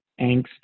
angst